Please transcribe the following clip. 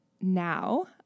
now